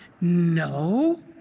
No